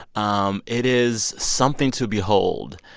um it is something to behold.